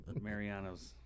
Mariano's